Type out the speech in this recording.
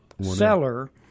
seller